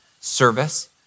service